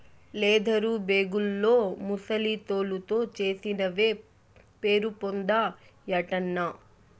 leather బేగుల్లో ముసలి తోలుతో చేసినవే పేరుపొందాయటన్నా